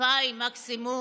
2,000 מקסימום.